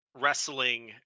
wrestling